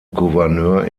gouverneur